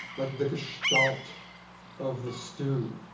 like, the gestalt of the stew